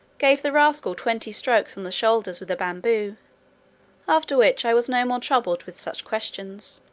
gave the rascal twenty strokes on the shoulders with a bamboo after which i was no more troubled with such questions.